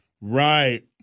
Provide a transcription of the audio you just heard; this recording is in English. Right